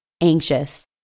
anxious